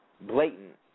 Blatant